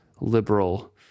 liberal